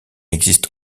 existe